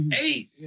eight